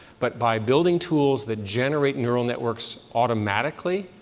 but by building tools that generate neural networks automatically,